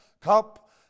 cup